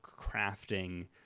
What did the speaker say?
crafting